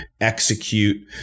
execute